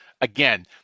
again